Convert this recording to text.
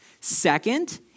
Second